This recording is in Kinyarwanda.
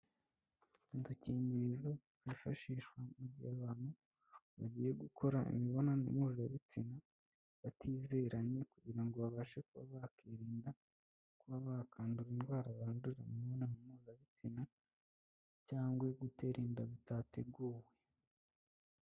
Udukingirizo twifashishwa mu gihe abantu bagiye gukora imibonano mpuzabitsina batizeranye kugira ngo babashe kuba bakwirinda kuba bakandura indwara zandurira mu mibonano mpuzabitsina, cyangwa gutera inda zitateguwe.